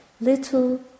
Little